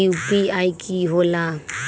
UPI कि होला?